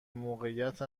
موقعیت